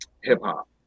hip-hop